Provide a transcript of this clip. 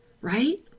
right